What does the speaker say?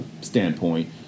standpoint